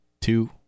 two